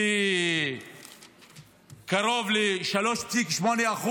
בקרוב ל-3.8%,